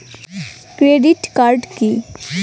Credit card key?